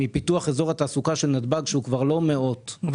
מפיתוח אזור התעסוקה של נבת"ג שהוא כבר לא מאות אלפי מטרים.